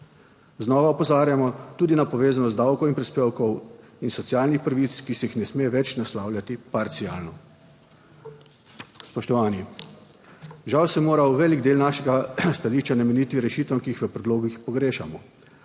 Znova opozarjamo tudi na povezanost davkov in prispevkov in socialnih pravic, ki se jih ne sme več naslavljati parcialno. Spoštovani! Žal sem moral velik del našega stališča nameniti rešitvam, ki jih v predlogih pogrešamo,